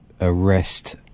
arrest